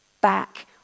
back